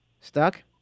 Stuck